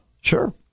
Sure